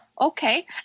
okay